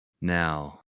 Now